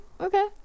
Okay